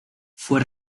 fue